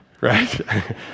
right